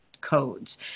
codes